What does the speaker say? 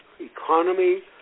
economy